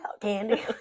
Candy